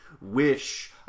wish